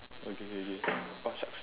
okay K K oh shucks